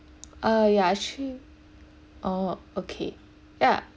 uh ya she orh okay yeah